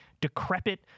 decrepit